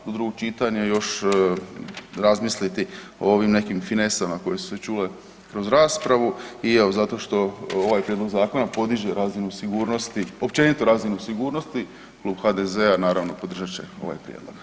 Do drugog čitanja još razmisliti o ovim nekim finesama koje su se čule kroz raspravu i evo zato što ovaj prijedlog zakona podiže razinu sigurnosti, općeniti razinu sigurnosti Klub HDZ-a naravno podržat će ovaj prijedlog.